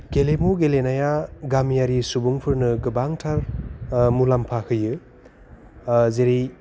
गेलेमु गेलेनाया गामियारि सुबुंफोरनो गोबांथार मुलामफा होयो जेरै